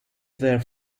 their